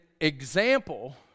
example